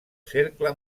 cercle